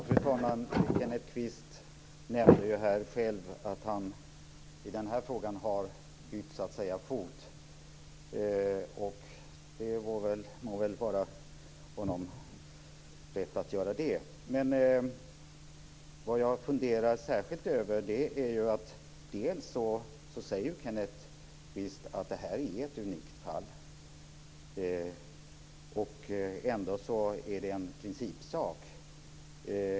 Fru talman! Kenneth Kvist nämnde själv att han i den här frågan har bytt fot, och det må han ha rätt att göra. Men vad jag särskilt funderar över är för det första att Kenneth Kvist säger att det här är ett unikt fall. Ändå är det en principsak.